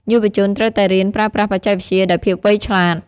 យុវជនត្រូវតែរៀនប្រើប្រាស់បច្ចេកវិទ្យាដោយភាពវៃឆ្លាត។